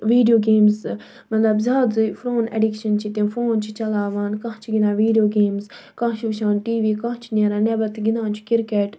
video games مطلب زیادٕ phone addiction چھِ تِم فون چھِ چلاوان کانٛہہ چھُ گِندان ویڑیو گیمٕز کانٛہہ چھُ وٕچھان ٹی وی نیران نٮ۪بَر تہٕ گِندان چھِ کرکَٹ